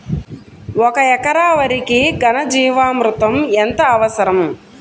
ఒక ఎకరా వరికి ఘన జీవామృతం ఎంత అవసరం?